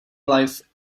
live